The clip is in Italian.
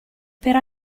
per